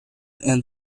and